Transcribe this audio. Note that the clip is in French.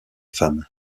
femmes